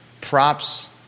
Props